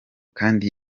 kandi